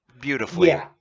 beautifully